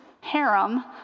harem